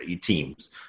teams